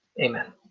Amen